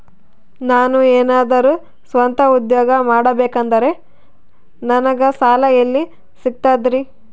ನಾನು ಏನಾದರೂ ಸ್ವಂತ ಉದ್ಯೋಗ ಮಾಡಬೇಕಂದರೆ ನನಗ ಸಾಲ ಎಲ್ಲಿ ಸಿಗ್ತದರಿ?